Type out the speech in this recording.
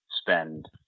spend